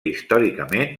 històricament